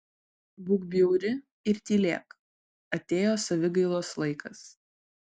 būk bjauri ir tylėk atėjo savigailos laikas